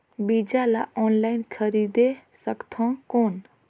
बीजा ला ऑनलाइन खरीदे सकथव कौन?